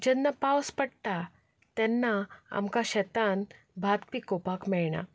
जेन्ना पावस पडटा तेन्ना आमकां शेतान भात पिकोवपाक मेळना